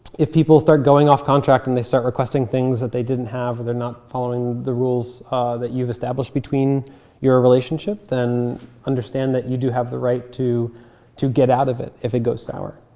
if people start going off contract and they start requesting things that they didn't have and they're not following the rules that you've established between your relationship, then understand that you do have the right to to get out of it if it goes sour.